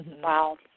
Wow